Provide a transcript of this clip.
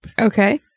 Okay